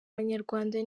abanyarwanda